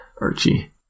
Archie